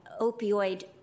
opioid